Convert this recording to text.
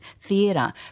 theatre